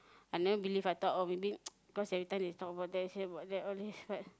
I never believe I thought oh maybe cause they every time talk about that I say about that all this